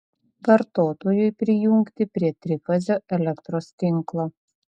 vartotojui prijungti prie trifazio elektros tinklo